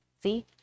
See